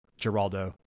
Geraldo